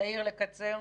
יאיר, לקצר.